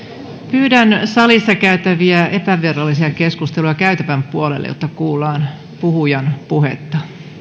pyydän salissa käytäviä epävirallisia keskusteluja käytävän puolelle jotta kuullaan puhujan puhetta